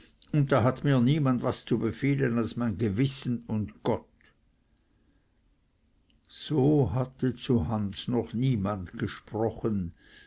und da hat mir niemand was zu befehlen als mein gewissen und gott so hatte zu hans noch niemand gesprochen